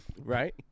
Right